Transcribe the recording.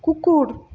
কুকুর